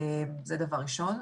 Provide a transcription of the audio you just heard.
זה דבר ראשון.